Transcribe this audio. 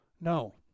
No